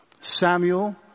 Samuel